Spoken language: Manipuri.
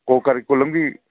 ꯀꯣꯀꯔꯤꯀꯨꯂꯝꯒꯤ